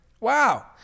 Wow